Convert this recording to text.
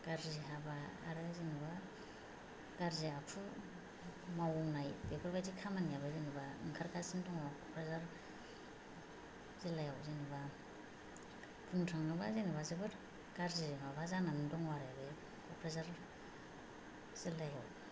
गाज्रि हाबा आरो जेनेबा गाज्रि आखु मावनाय बेफोर बायदि खामानियाबो जेनेबा ओंखारगासिनो दङ क'कराझार जिल्लायाव जेनेबा बुंनो थाङोबा जेनेबा जोबोद गाज्रि माबा जानानै दङ आरो बे क'कराझार जिल्लायाव